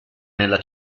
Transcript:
nella